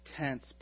tense